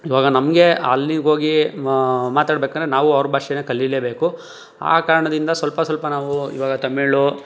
ಇವಾಗ ನಮಗೆ ಅಲ್ಲಿಗೋಗಿ ಮಾತಾಡ್ಬೇಕೆಂದ್ರೆ ನಾವು ಅವ್ರ ಭಾಷೆಯೇ ಕಲಿಲೇಬೇಕು ಆ ಕಾರಣದಿಂದ ಸ್ವಲ್ಪ ಸ್ವಲ್ಪ ನಾವು ಇವಾಗ ತಮಿಳ್